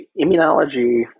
immunology